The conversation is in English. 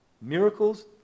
miracles